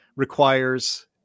requires